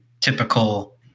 typical